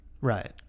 Right